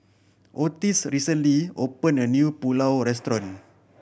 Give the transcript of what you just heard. Otis recently opened a new Pulao Restaurant